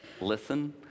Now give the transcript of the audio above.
listen